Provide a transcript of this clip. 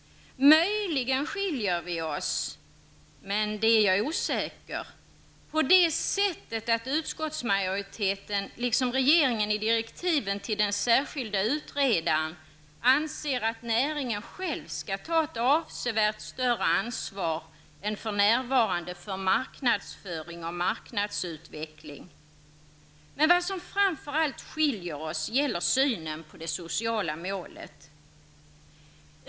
Möjligen skiljer vi oss -- men där är jag osäker -- på det sättet att utskottsmajoriteten, liksom regeringen i direktiven till den särskilde utredaren, anser att näringen själv skall ta ett avsevärt större ansvar än för närvarande för marknadsföring och marknadsutveckling. Men vad som framför allt skiljer oss gäller synen på det sociala målet.